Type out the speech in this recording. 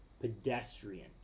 pedestrian